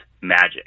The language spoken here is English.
magic